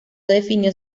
definió